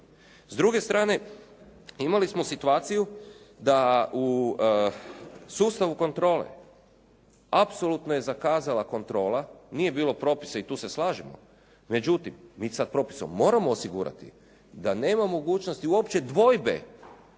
S druge strane imali smo situaciju da u sustavu kontrole apsolutno je zakazala kontrola. Nije bilo propisa i tu se slažemo međutim mi sa propisom moramo osigurati da nema mogućnosti uopće dvojbe